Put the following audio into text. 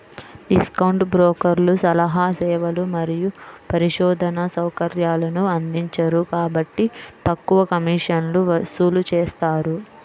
discount బ్రోకర్లు సలహా సేవలు మరియు పరిశోధనా సౌకర్యాలను అందించరు కాబట్టి తక్కువ కమిషన్లను వసూలు చేస్తారు